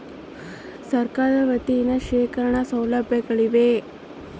ಸರಕಾರದ ವತಿಯಿಂದ ಶೇಖರಣ ಸೌಲಭ್ಯಗಳಿವೆಯೇ?